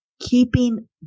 keeping